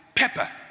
Pepper